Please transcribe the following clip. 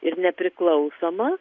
ir nepriklausoma